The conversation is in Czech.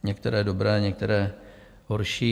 Některé dobré, některé horší.